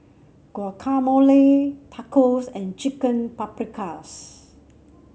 Guacamole Tacos and Chicken Paprikas